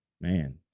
Man